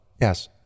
Yes